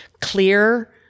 clear